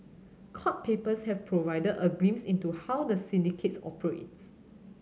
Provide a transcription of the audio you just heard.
court papers have provided a glimpse into how the syndicates operates